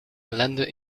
ellende